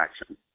action